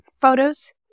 photos